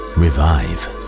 revive